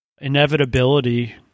inevitability